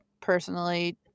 personally